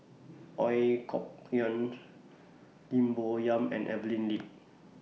Ooi Kok Chuen Lim Bo Yam and Evelyn Lip